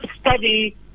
study